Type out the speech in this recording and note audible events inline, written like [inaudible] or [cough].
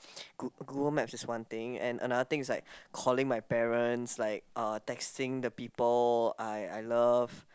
[breath] google maps is one thing and another thing is like calling my parents like uh texting the people I I love